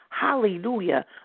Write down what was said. Hallelujah